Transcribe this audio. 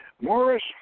Morris